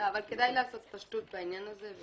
כדאי לעשות פשטות בעניין הזה.